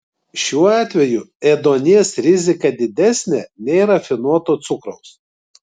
šiuo atveju ėduonies rizika didesnė nei rafinuoto cukraus